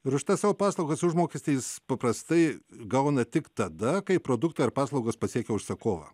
ir už savo paslaugas užmokestis paprastai gauna tik tada kai produktai ar paslaugos pasiekia užsakovą